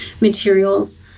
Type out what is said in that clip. materials